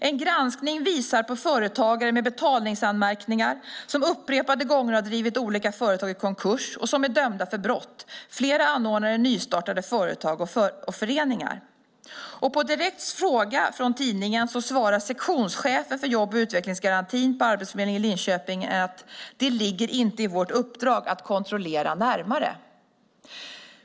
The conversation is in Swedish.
En granskning visar på företagare med betalningsanmärkningar, som upprepade gånger har drivit olika företag i konkurs och som är dömda för brott. Flera anordnare är nystartade företag och föreningar." På en direkt fråga från tidningen svarar sektionschefen för jobb och utvecklingsgarantin på Arbetsförmedlingen i Linköping: Det ligger inte i vårt uppdrag att kontrollera närmare.